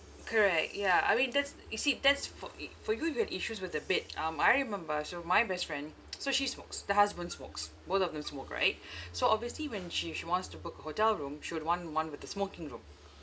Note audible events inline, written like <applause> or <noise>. correct ya I mean that's you see that's for i~ for you you had issues with the bed um I remember she wa~ my best friend <noise> so she smokes the husband smokes both of them smoke right so obviously when she she wants to book a hotel room she would want one with the smoking room